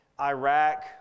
Iraq